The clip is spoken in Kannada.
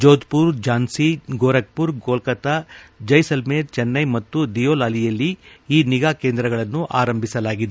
ಜೋಧಪುರ್ ಝಾಂಸಿ ಗೋರಖ್ಪುರ್ ಕೊಲ್ಲತ್ತಾ ಜೈಸಾಲ್ಲೇರ್ ಚೆನ್ನೈ ಮತ್ತು ದಿಯೊಲಾಲಿಯಲ್ಲಿ ಈ ನಿಗಾ ಕೇಂದ್ರಗಳನ್ನು ಆರಂಭಿಸಲಾಗಿದೆ